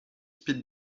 pete